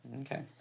Okay